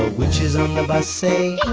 witches on the bus say,